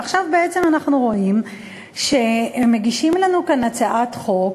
עכשיו אנחנו רואים שמגישים לנו כאן הצעת חוק